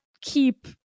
keep